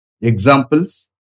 Examples